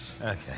Okay